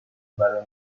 برای